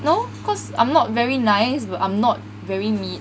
no cause I'm not very nice but I'm not very mean